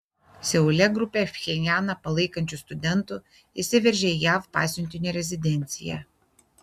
seule grupė pchenjaną palaikančių studentų įsiveržė į jav pasiuntinio rezidenciją